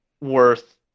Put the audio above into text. worth